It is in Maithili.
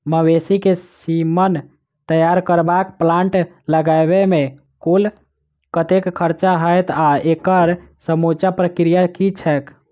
मवेसी केँ सीमन तैयार करबाक प्लांट लगाबै मे कुल कतेक खर्चा हएत आ एकड़ समूचा प्रक्रिया की छैक?